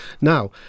Now